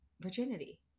virginity